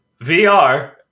VR